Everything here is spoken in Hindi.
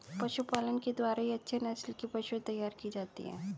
पशुपालन के द्वारा ही अच्छे नस्ल की पशुएं तैयार की जाती है